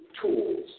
tools